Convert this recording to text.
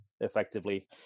effectively